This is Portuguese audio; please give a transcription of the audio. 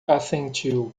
assentiu